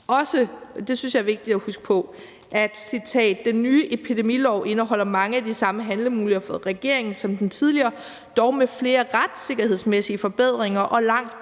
også – det synes jeg er vigtigt at huske på – at: »Den nye epidemilov indeholder mange af de samme handlemuligheder for regeringen som den tidligere, dog med flere retssikkerhedsmæssige forbedringer og langt